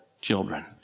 children